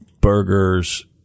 burgers